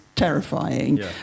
terrifying